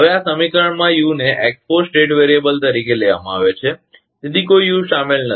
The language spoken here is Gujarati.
હવે આ સમીકરણમાં યુને x4 સ્ટેટ વેરીએબલ તરીકે લેવામાં આવે છે તેથી કોઈ યુ શામેલ નથી